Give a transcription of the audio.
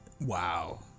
wow